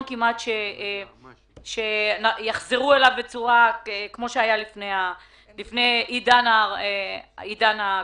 שיחזרו אליו כמו לפני עידן הקורונה.